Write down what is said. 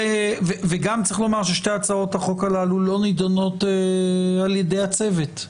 וגם צריך לומר ששתי הצעות החוק הללו לא נידונות על ידי הצוות,